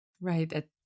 Right